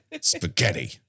spaghetti